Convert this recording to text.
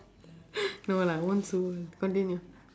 no lah won't sue [one] continue